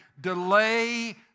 delay